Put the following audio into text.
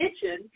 kitchen